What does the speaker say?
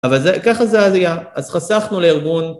אבל ככה זה היה, אז חסכנו לארגון.